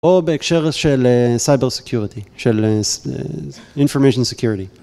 או בהקשר של cyber security, של information security